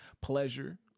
pleasure